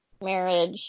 marriage